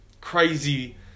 crazy